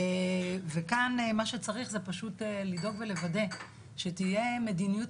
וכאן מה שצריך הוא פשוט לדאוג ולוודא שתהיה מדיניות